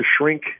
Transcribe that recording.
shrink